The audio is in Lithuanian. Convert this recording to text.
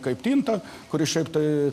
kaip tinta kuris šiaip tai